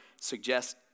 suggest